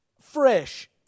fresh